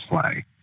play